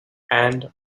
and